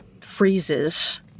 freezes